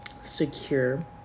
secure